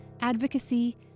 Advocacy